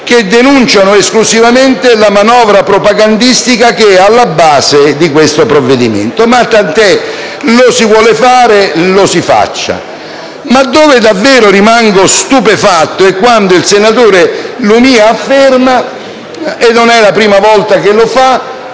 che denunciano esclusivamente la manovra propagandistica che è alla base di questo provvedimento. Ma tant'è, lo si vuole fare e lo si faccia. Ma dove davvero rimango stupefatto è quando il senatore Lumia afferma, e non è la prima volta che lo fa,